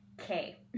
okay